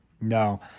No